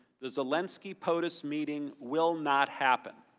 the zelensky-potus meeting will not happen.